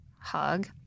hug